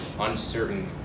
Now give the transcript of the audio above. uncertain